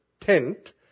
tent